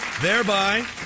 Thereby